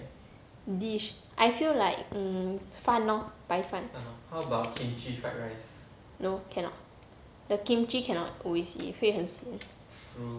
dish I feel like mm 饭 lor 白饭 no cannot the kimchi cannot always 会很 sian